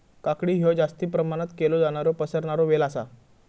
काकडी हयो जास्ती प्रमाणात केलो जाणारो पसरणारो वेल आसा